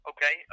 Okay